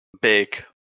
big